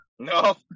No